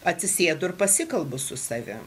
atsisėdu ir pasikalbu su savim